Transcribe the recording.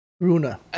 Runa